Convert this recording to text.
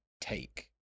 take